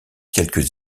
quelques